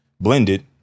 blended